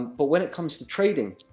but, when it comes to trading,